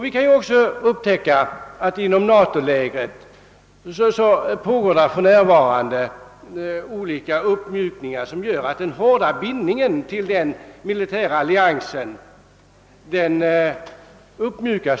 Vi kan också upptäcka att det för närvarande inom NATO-lägret pågår olika uppmjukningar som gör att den hårda bindningen till den militära alliansen successivt uppmjukas.